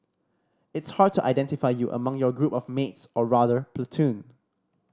it's hard to identify you among your group of mates or rather platoon